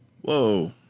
Whoa